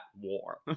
war